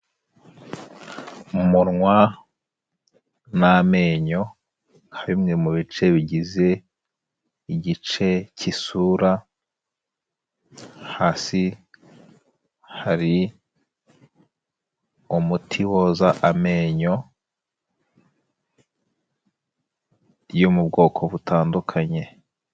Umunwa n' amenyo nka bimwe mu bice bigize igice cy'isura, hasi hari umuti woza amenyo, yo mu bwoko butandukanye.